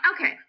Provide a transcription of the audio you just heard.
okay